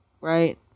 right